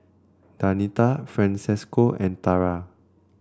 Danita Francesco and Tarah